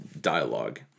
dialogue